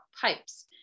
pipes